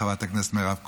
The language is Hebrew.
ולחברת הכנסת מירב כהן,